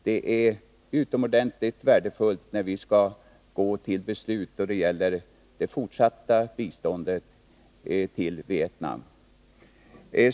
Det är utomordentligt värdefullt att veta besked på den punkten när vi skall gå till beslut då det gäller det fortsatta biståndet till Vietnam.